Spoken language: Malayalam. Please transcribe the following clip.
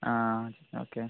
ആ ഓക്കേ